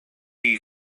key